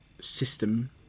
system